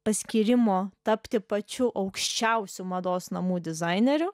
paskyrimo tapti pačiu aukščiausiu mados namų dizaineriu